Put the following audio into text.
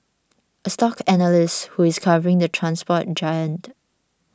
a stock analyst who is covering the transport giant